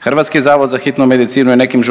Hrvatski zavod za hitnu medicinu je nekim